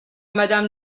madame